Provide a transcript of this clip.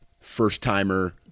first-timer